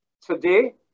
Today